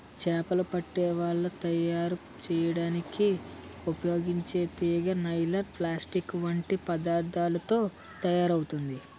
చేపలు పట్టే వల తయారు చేయడానికి ఉపయోగించే తీగ నైలాన్, ప్లాస్టిక్ వంటి పదార్థాలతో తయారవుతుంది